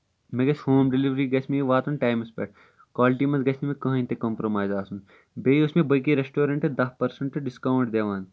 مےٚ گژھِ home delivery گژھِ مےٚ یہِ واتنۍ ٹامَس پٮ۪ٹھ کالٹی منٛز گژھِ نہٕ مےٚ کٕہٕنۍ تہِ کَمپرومَیز آسُن بیٚیہِ یُس مےٚ بٲقٕے ریسٹورنٹ دہ پٔرسنٹ ڈِسکَوُنٹ دِوان